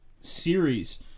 series